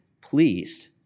pleased